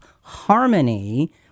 harmony